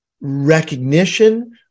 recognition